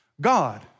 God